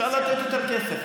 אפשר לתת יותר כסף.